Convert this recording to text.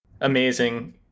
amazing